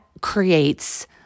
creates